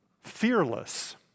fearless